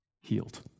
healed